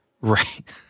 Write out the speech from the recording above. Right